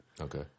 Okay